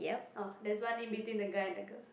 orh there's one in between the guy and the girl